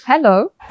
Hello